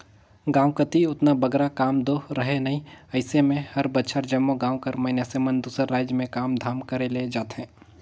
गाँव कती ओतना बगरा काम दो रहें नई अइसे में हर बछर जम्मो गाँव कर मइनसे मन दूसर राएज में काम धाम करे ले जाथें